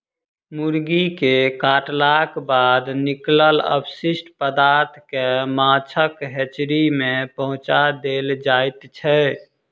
मुर्गी के काटलाक बाद निकलल अवशिष्ट पदार्थ के माछक हेचरी मे पहुँचा देल जाइत छै